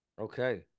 Okay